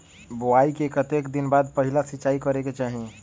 बोआई के कतेक दिन बाद पहिला सिंचाई करे के चाही?